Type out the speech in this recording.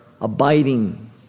abiding